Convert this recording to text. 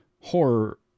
horror